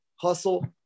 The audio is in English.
hustle